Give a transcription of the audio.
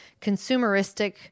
consumeristic